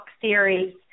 series